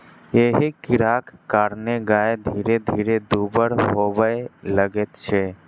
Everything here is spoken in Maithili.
एहि कीड़ाक कारणेँ गाय धीरे धीरे दुब्बर होबय लगैत छै